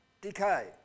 decay